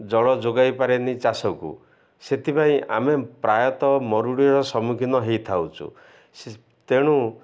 ଜଳ ଯୋଗାଇ ପାରେନି ଚାଷକୁ ସେଥିପାଇଁ ଆମେ ପ୍ରାୟତଃ ମରୁଡ଼ିର ସମ୍ମୁଖୀନ ହେଇଥାଉଛୁ ତେଣୁ